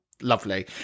Lovely